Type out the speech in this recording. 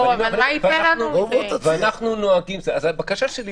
ועכשיו קוראים